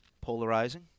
Polarizing